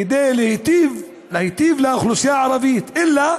כדי להיטיב עם האוכלוסייה הערבית, אלא